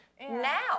now